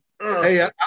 Hey